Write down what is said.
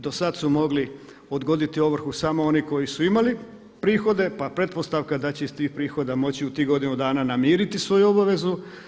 Dosad su mogli odgoditi ovrhu samo oni koji su imali prihode, pa pretpostavka da će iz tih prihoda moći u tih godinu dana namiriti svoju obavezu.